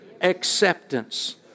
acceptance